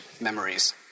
memories